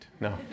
No